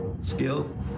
skill